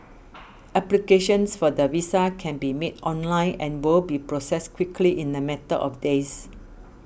applications for the visa can be made online and will be processed quickly in a matter of days